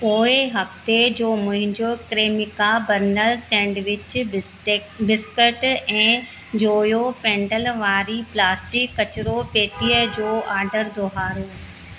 पोएं हफ़्ते जो मुंहिंजो क्रेमिका बर्नर सैंडविच बिस्टेक बिस्केट ऐं जोयो पेडंल वारी प्लास्टिक कचरो पेतीअ जो ऑर्डर दुहारयो